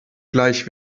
gleich